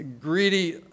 greedy